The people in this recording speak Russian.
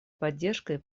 поддержкой